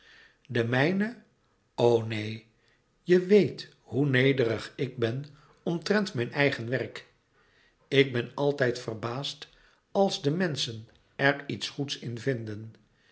de mijne o neen je weet hoe nederig ik ben omtrent mijn eigen werk ik ben altijd verbaasd als de menschen er iets goeds in vinden